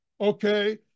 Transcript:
okay